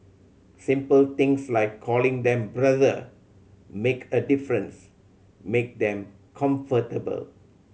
simple things like calling them brother make a difference make them comfortable